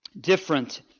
different